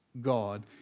God